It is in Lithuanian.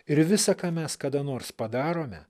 ir visa ką mes kada nors padarome